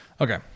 Okay